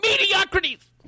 mediocrities